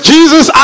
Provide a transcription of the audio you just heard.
Jesus